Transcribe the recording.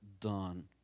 done